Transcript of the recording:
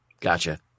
Gotcha